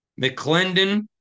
McClendon